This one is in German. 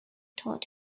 tod